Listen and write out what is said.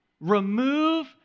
Remove